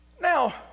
Now